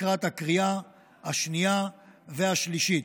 לקראת הקריאה השנייה והשלישית.